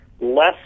less